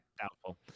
doubtful